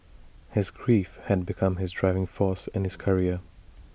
his grief had become his driving force in his career